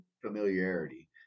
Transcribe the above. familiarity